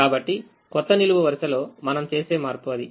కాబట్టి క్రొత్త నిలువు వరుసలో మనం చేసే మార్పు అది